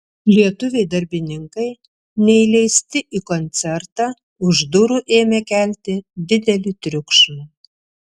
lietuviai darbininkai neįleisti į koncertą už durų ėmė kelti didelį triukšmą